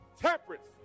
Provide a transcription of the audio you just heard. temperance